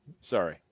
Sorry